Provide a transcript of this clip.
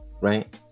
right